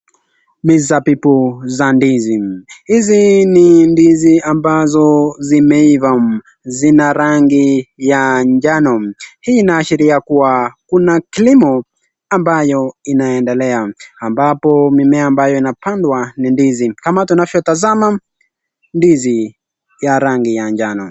Mizabibu za ndizi. Hizi ni ndizi ambazo zimeiva. Zina rangi ya njano. Hii inaashiria kuwa kuna kilimo ambayo inaendelea, ambapo mimea ambayo inapandwa ni ndizi. Kama tunavyotazama, ndizi ya rangi ya njano.